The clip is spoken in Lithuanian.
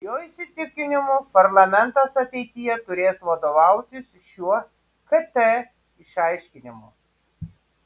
jo įsitikinimu parlamentas ateityje turės vadovautis šiuo kt išaiškinimu